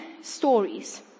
stories